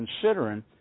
considering